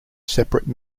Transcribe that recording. separate